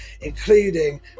including